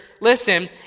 Listen